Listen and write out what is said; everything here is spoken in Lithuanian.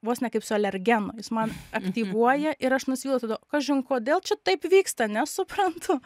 vos ne kaip su alergenu jis man aktyvuoja ir aš nusvylu tada tuo kažin kodėl čia taip vyksta nesuprantu